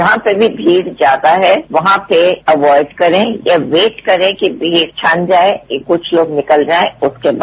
जहां पर भी भीड़ ज्यादा है वहां पर अवाइड करें या वेट करें कि भीड़ छन जाएं कि कुछ लोग निकल जाएं उसके बाद